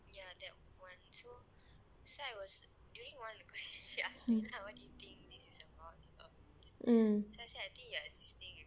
mm